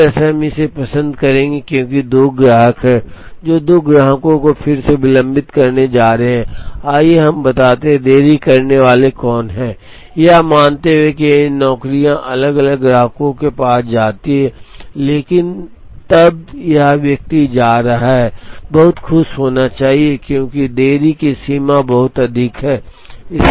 एक तरह से हम इसे पसंद करेंगे क्योंकि दो ग्राहक हैं जो दो ग्राहकों को फिर से विलंबित करने जा रहे हैं आइए हम बताते हैं कि देरी करने वाले कौन हैं यह मानते हुए कि ये नौकरियां अलग अलग ग्राहकों के पास जाती हैं लेकिन तब यह व्यक्ति जा रहा है बहुत खुश होना क्योंकि देरी की सीमा बहुत बहुत अधिक है